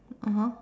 (uh huh)